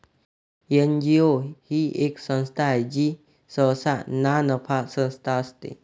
NGO ही एक संस्था आहे जी सहसा नानफा संस्था असते